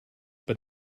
but